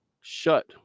shut